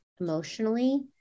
emotionally